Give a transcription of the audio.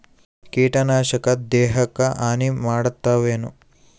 ಕೀಟನಾಶಕ ದೇಹಕ್ಕ ಹಾನಿ ಮಾಡತವೇನು?